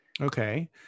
Okay